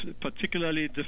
particularly